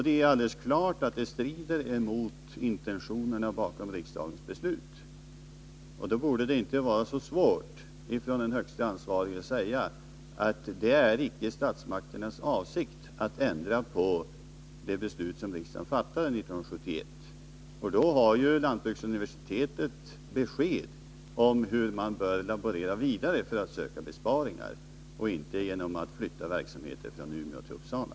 Det är alldeles klart att detta strider mot intentionerna bakom riksdagens beslut, och då borde det inte vara så svårt för den ytterst ansvarige att säga att det icke är statsmakternas avsikt att ändra på det beslut som riksdagen fattade 1971. På det sättet skulle man inom lantbruksuniversitetet få besked om att man inte skall fortsätta att söka besparingar genom att flytta verksamheter från Umeå till Uppsala.